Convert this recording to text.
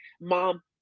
Mom